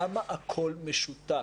למה הכול משותק?